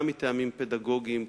גם מטעמים פדגוגיים,